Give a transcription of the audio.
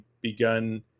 begun